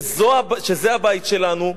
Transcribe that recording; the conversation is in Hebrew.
שזה הבית שלנו,